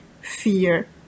fear